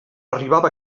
arribava